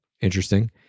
Interesting